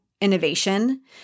innovation